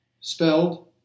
spelled